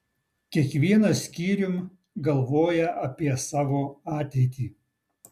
kiekvienas skyrium galvoja apie savo ateitį